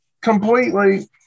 completely